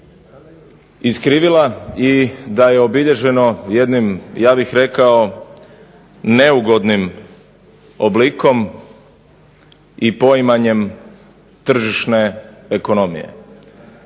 iskrivila i da je obilježeno jednim ja bih rekao neugodnim oblikom i poimanjem tržišne ekonomije.